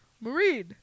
Marine